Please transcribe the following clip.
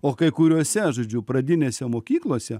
o kai kuriose žodžiu pradinėse mokyklose